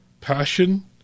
Passion